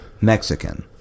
Mexican